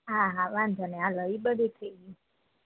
હા હા વાંધો નહીં હલો એ બધુ થઈ ગ્યું